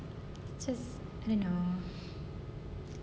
just you know